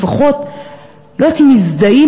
לא יודעת אם מזדהים,